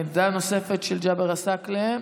דעה נוספת של ג'אבר עסאקלה.